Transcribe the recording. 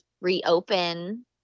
reopen